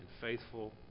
faithful